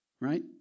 Right